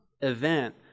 event